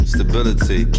Stability